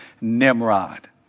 Nimrod